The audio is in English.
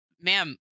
ma'am